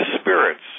spirits